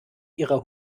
ihrer